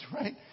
right